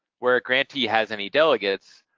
where a grantee has any delegates,